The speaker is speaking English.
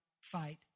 fight